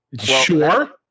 sure